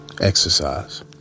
Exercise